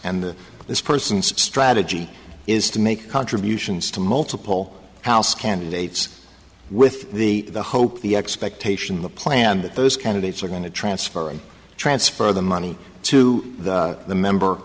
and this person's strategy is to make contributions to multiple house candidate it's with the hope the expectation the plan that those candidates are going to transfer and transfer the money to the member